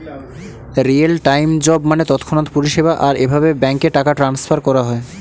real time job মানে তৎক্ষণাৎ পরিষেবা, আর এভাবে ব্যাঙ্কে টাকা ট্রান্সফার করা হয়